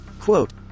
quote